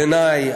בעיני,